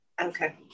Okay